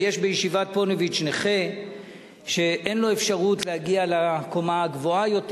בישיבת "פוניבז'" יש נכה שאין לו אפשרות להגיע לקומה הגבוהה יותר.